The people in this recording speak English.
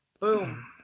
Boom